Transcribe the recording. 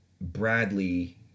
Bradley